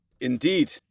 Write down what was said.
Indeed